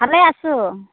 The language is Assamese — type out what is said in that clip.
ভালে আছোঁ